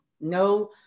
no